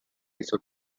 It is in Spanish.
hizo